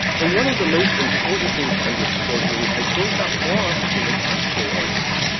and one of the most important things to underscore here, which i think got lost in the costco argument,